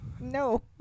No